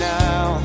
now